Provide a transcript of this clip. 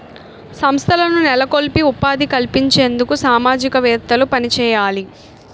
సంస్థలను నెలకొల్పి ఉపాధి కల్పించేందుకు సామాజికవేత్తలు పనిచేయాలి